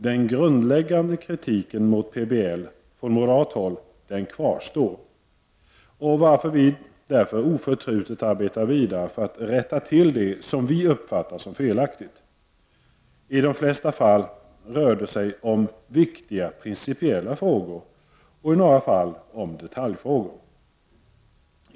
Den grundläggande kritiken mot PBL från moderat håll kvarstår, varför vi oförtrutet arbetar vidare för att rätta till det som vi uppfattar som felaktigt. I de flesta fall rör det sig om viktiga principiella frågor, och i några fall om detaljfrågor.